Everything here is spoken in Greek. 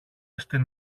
στην